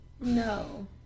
No